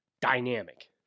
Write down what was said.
dynamic